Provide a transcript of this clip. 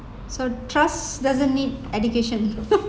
so trust doesn't need education